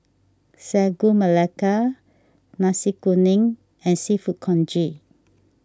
Sagu Melaka Nasi Kuning and Seafood Congee